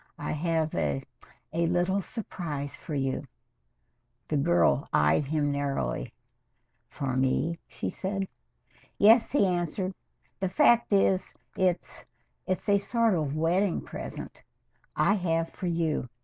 i have a a little surprise for you the girl eyed him narrowly for me she said yes he answered the fact is it's it's a sort of wedding present i have for you,